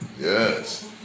Yes